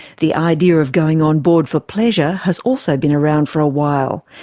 the idea of going on board for pleasure has also been around for a while,